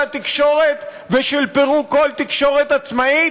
התקשורת ושל פירוק כל תקשורת עצמאית?